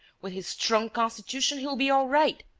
with his strong constitution, he'll be all right.